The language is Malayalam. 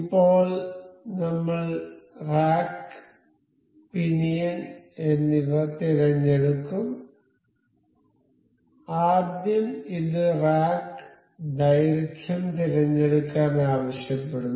ഇപ്പോൾ നമ്മൾ റാക്ക് പിനിയൻ എന്നിവ തിരഞ്ഞെടുക്കും ആദ്യം ഇത് റാക്ക് ദൈർഘ്യം തിരഞ്ഞെടുക്കാൻ ആവശ്യപ്പെടുന്നു